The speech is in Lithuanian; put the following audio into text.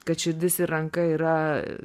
kad širdis ir ranka yra